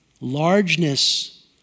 largeness